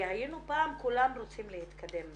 כי היינו פעם וכולם רוצים להתקדם משם.